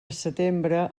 setembre